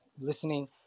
listening